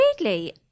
weirdly